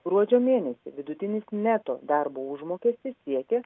gruodžio mėnesį vidutinis neto darbo užmokestis siekė